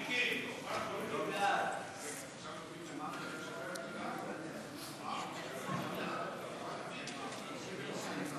ההצעה להעביר את הצעת חוק לשכת עורכי הדין (תיקון מס' 41)